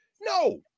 No